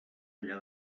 allà